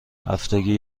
هفتگی